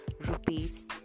rupees